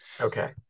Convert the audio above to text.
Okay